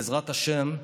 בעזרת השם,